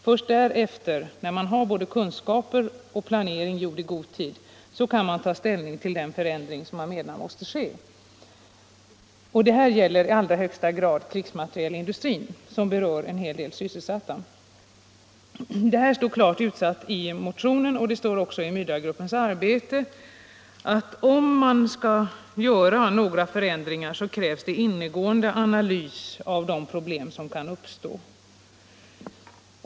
Först därefter, när man har både kunskaper och en planering gjord i god tid, kan man ta ställning till den förändring man menar måste ske. Detta gäller i allra högsta grad krigsmaterielindustrin som berör en hel del sysselsatta. Det står klart utsagt i motionen och även i Myrdalgruppens arbete att om man skall göra några förändringar krävs det ingående analys av de problem som kan uppstå.